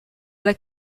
alla